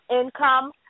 income